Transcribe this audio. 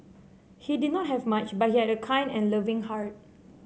he did not have much but he had a kind and loving heart